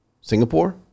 Singapore